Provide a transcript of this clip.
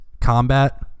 combat